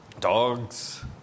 dogs